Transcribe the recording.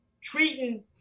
treating